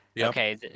okay